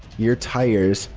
your tires,